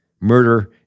murder